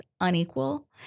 unequal